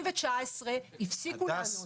2019 הפסיקו לדווח.